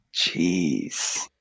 Jeez